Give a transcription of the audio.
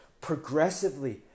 progressively